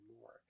more